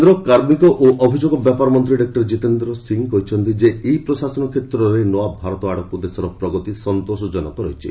Jitendra Singh governance କେନ୍ଦ୍ର କାର୍ମିକ ଓ ଅଭିଯୋଗ ବ୍ୟାପାର ମନ୍ତ୍ରୀ ଡକ୍ଟର ଜିତେନ୍ଦ୍ର ସିଂ କହିଛନ୍ତି ଯେ ଇ ପ୍ରଶାସନ କ୍ଷେତ୍ରରେ ନ୍ରଆ ଭାରତ ଆଡ଼କୁ ଦେଶର ପ୍ରଗତି ସନ୍ତୋଷଜନକ ରହିଛି